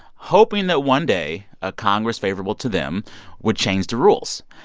hoping that one day, a congress favorable to them would change the rules.